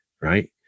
Right